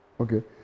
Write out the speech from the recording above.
Okay